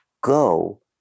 go